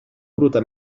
bruta